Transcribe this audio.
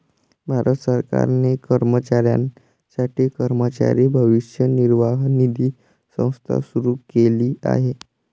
भारत सरकारने कर्मचाऱ्यांसाठी कर्मचारी भविष्य निर्वाह निधी संस्था सुरू केली आहे